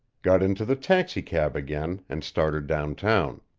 got into the taxicab again, and started downtown.